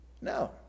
No